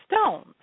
stones